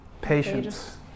Patience